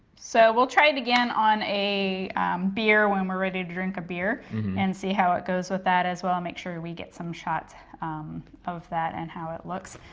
so we'll try it again on a beer when we're ready to drink a beer and see how it goes with that as well make sure we get some shots of that and how it looks,